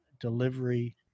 delivery